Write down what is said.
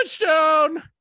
touchdown